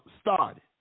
started